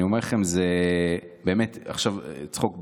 אני אומר לכם, באמת, עכשיו צחוק בצד,